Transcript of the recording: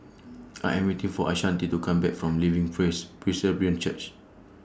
I Am waiting For Ashanti to Come Back from Living Praise Presbyterian Church